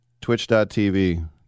Twitch.tv